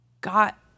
got